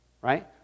Right